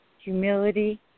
humility